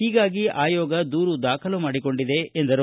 ಹೀಗಾಗಿ ಆಯೋಗ ದೂರು ದಾಖಲು ಮಾಡಿಕೊಂಡಿದೆ ಎಂದರು